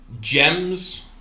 gems